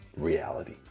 reality